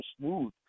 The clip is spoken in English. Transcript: smooth